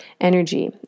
energy